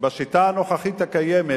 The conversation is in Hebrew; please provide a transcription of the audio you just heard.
בשיטה הנוכחית הקיימת